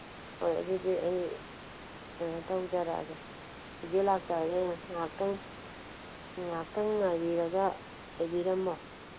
ꯍꯣꯏ ꯑꯗꯨꯗꯤ ꯑꯩ ꯀꯩꯅꯣ ꯇꯧꯖꯔꯛꯑꯒꯦ ꯍꯧꯖꯤꯛ ꯂꯥꯛꯆꯔꯒꯦ ꯉꯥꯇꯪ ꯉꯥꯇꯪ ꯉꯥꯏꯕꯤꯔꯒ ꯂꯩꯕꯤꯔꯝꯃꯣ